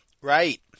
right